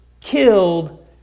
killed